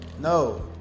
No